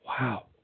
Wow